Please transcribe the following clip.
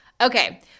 Okay